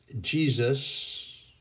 Jesus